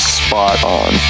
spot-on